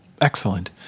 Excellent